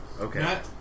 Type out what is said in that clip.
Okay